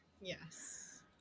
yes